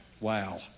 Wow